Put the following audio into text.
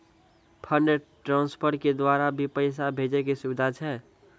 Fund transfer के द्वारा भी पैसा भेजै के सुविधा छै?